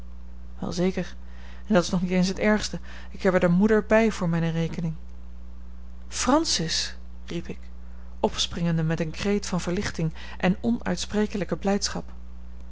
wel zeker en dat is nog niet eens het ergste ik heb er de moeder bij voor mijne rekening francis riep ik opspringende met een kreet van verlichting en onuitsprekelijke blijdschap